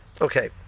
okay